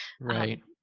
right